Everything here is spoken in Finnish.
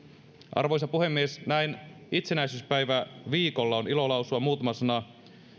arvoisa puhemies näin itsenäisyyspäiväviikolla on ilo lausua muutama sana